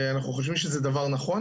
אנחנו חושבים שזה דבר נכון,